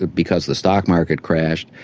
because the stock market crashed,